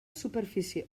superfície